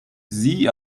sie